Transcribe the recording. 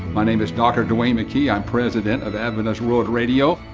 my name is dr. duane mckey, i'm president of adventist world radio.